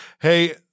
Hey